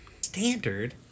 Standard